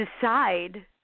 decide